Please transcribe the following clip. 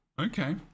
okay